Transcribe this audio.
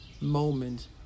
moment